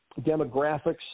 demographics